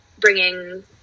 bringing